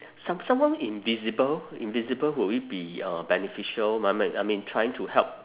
some~ someone invisible invisible will it be uh beneficial I mean trying to help